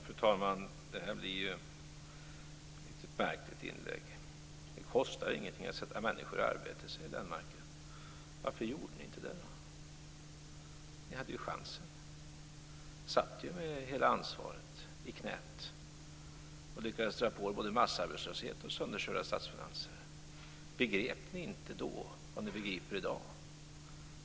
Fru talman! Detta blir ett märkligt inlägg. Det kostar ingenting att sätta människor i arbete, säger Lennmarker. Varför gjorde ni inte det då? Ni hade ju chansen. Ni satt med hela ansvaret i knät och lyckades dra på er både massarbetslöshet och sönderkörda statsfinanser. Begrep ni inte då vad ni begriper i dag?